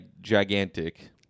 gigantic